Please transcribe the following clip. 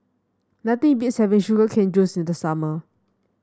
nothing beats having Sugar Cane Juice in the summer